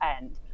end